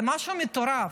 זה משהו מטורף,